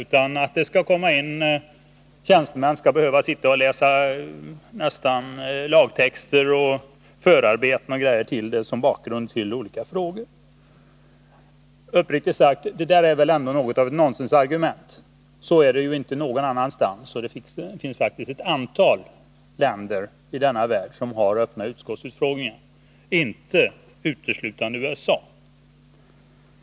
Han föreställer sig att utskottstjänstemän skall behöva sitta och läsa lagtexter, förarbeten m.m. som bakgrund till olika frågor. Uppriktigt sagt: Det där är väl ändå något av nonsensargument! Så är det ju inte någon annanstans, och det finns faktiskt ett antal länder i denna värld som har öppna utskottsutfrågningar — inte uteslutande USA.